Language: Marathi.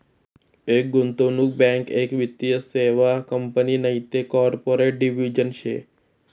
एक गुंतवणूक बँक एक वित्तीय सेवा कंपनी नैते कॉर्पोरेट डिव्हिजन शे